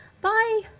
bye